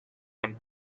and